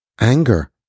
anger